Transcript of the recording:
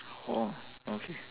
oh okay